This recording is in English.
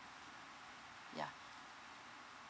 yeah